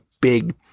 big